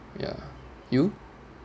ya you